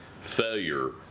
failure